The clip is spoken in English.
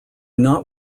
not